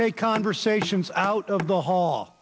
take conversations out of the hall